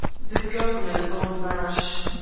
the guv'nor's on the mash.